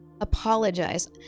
Apologize